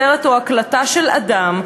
סרט או הקלטה של אדם,